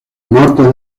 norte